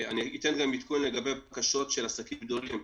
אני אתן גם עדכון לגבי בקשות של עסקים גדולים.